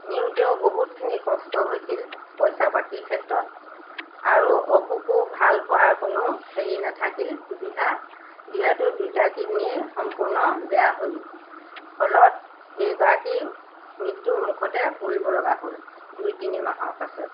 নিওঁতেও বহুতখিনি কষ্ট হৈছিল পইচা পাতিৰ ক্ষেত্ৰত আৰু অসুখো ভাল হোৱাৰ কোনো হেৰি নাথাকিল সুবিধা যিহেতু দুয়োটা কিডনীয়ে সম্পূৰ্ণ বেয়া হ'ল ফলত সেইগৰাকী মৃত্যুমুখতে পৰিবলগা হ'ল দুই তিনি মাহৰ পাছত